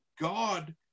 God